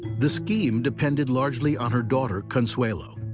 the scheme depended largely on her daughter, consuelo,